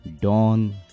Dawn